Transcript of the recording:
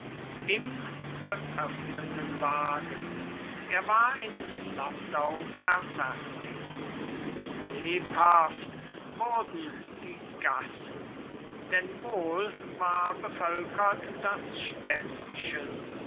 im geöffneten wagen er war in landau verfertigt lebhaft wurden die gassen denn wohl war bevölkert das städtchen